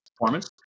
performance